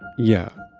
yeah.